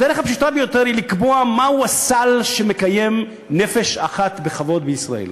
הדרך הפשוטה ביותר היא לקבוע מהו הסל שמקיים נפש אחת בכבוד בישראל.